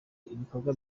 ibikorwa